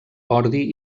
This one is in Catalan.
ordi